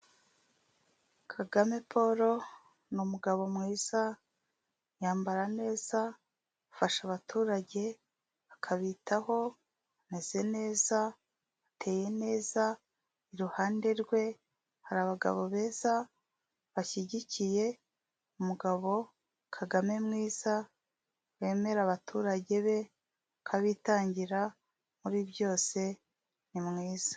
Kagame Paul ni umugabo mwiza, yambara neza, ufasha abaturage akabitaho, ameze neza ateye neza, iruhande rwe hari abagabo beza, bashyigikiye umugabo Kagame mwiza, wemera abaturage be, ukabitangira muri byose, ni mwiza.